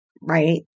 Right